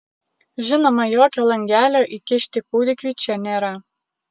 žinoma jokio langelio įkišti kūdikiui čia nėra